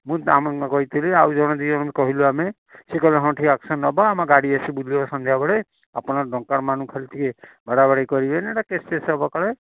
ମୁଁ କହିଥିଲି ଆଉ ଜଣେ ଦୁଇ ଜଣ କହିଲୁ ଆମେ ସେ କହିଲେ ହଁ ଠିକ୍ ଆକ୍ସନ୍ ନେବା ଆମ ଗାଡ଼ି ଆସି ବୁଲିବ ସନ୍ଧ୍ୟାବେଳେ ଆପଣ ଡକାୟତ ମାନଙ୍କୁ ଖାଲି ଟିକେ ବାଡ଼ା ବାଡ଼ି କରିବେନି ସେଟା କେସ୍ ଫେସ୍ ହବ କାଳେ